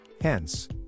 Hence